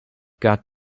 got